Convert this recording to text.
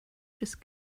just